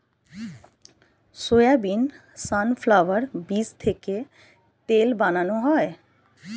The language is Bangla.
সয়াবিন, সানফ্লাওয়ার বীজ থেকে তেল বানানো হয়